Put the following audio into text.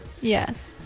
Yes